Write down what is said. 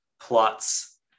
plots